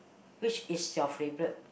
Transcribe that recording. which is your favorite